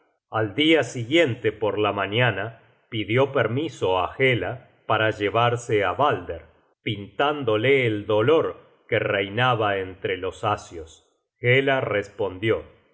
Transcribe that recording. al dia siguiente por la mañana pidió permiso á hela para llevarse á balder pintándola el dolor que reinaba entre los asios hela respondió